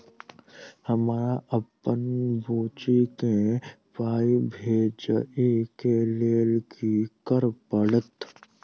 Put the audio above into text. हमरा अप्पन बुची केँ पाई भेजइ केँ लेल की करऽ पड़त?